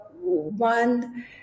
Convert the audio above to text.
one